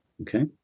okay